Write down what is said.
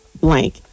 blank